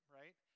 right